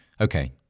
Okay